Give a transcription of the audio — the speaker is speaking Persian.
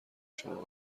شما